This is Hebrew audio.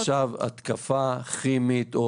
יש עכשיו התקפה כימית או